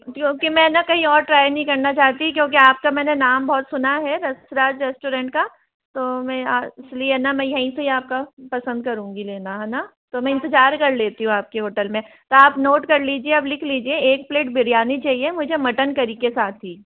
क्योंकि मैं न कहीं और ट्राई नहीं करना चाहती क्योंकि आपका मैंने नाम बहुत सुना है रसराज रेस्टोरेंट का तो मैं इसलिए मैं न यहीं से ही आपका पसंद करूँगी लेना है ना तो मैं इंतजार कर लेती हूँ न तो मैं इंतजार कर लेती हूँ आपके होटल में तो आप नोट कर लीजिए अब लिख लीजिए एक प्लेट बिरयानी चाहिए मुझे मटन करी के साथी ही